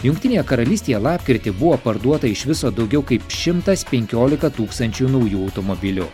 jungtinėje karalystėje lapkritį buvo parduota iš viso daugiau kaip šimtas penkiolika tūkstančių naujų automobilių